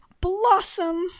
Blossom